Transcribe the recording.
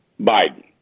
Biden